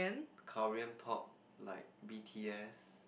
Korean Pop like B_T_S